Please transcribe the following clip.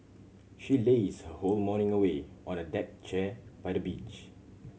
she lazed her whole morning away on a deck chair by the beach